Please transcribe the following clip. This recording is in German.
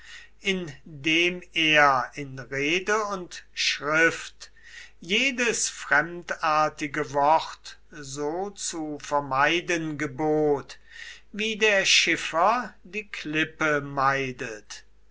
indem er in rede und schrift jedes fremdartige wort so zu vermeiden gebot wie der schiffer die klippe meidet